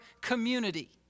community